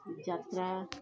ଯାତ୍ରା